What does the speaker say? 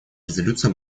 резолюция